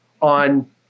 on